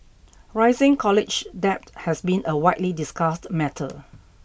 rising college debt has been a widely discussed matter